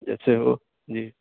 جیسے ہو جی